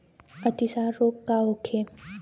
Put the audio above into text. अतिसार रोग का होखे?